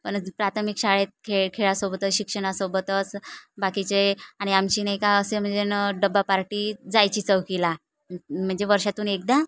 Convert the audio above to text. पण प्राथमिक शाळेत खेळ खेळासोबतच शिक्षणासोबतच बाकीचे आणि आमची नाही का असे म्हणजे ना डबा पार्टी जायची चौकीला म्हणजे वर्षातून एकदा